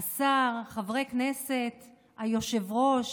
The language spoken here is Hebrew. השר, חברי כנסת, היושב-ראש,